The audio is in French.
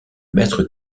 mètre